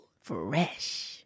Fresh